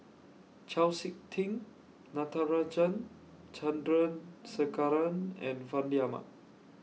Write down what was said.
Chau Sik Ting Natarajan Chandrasekaran and Fandi Ahmad